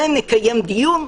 זה נקיים דיון.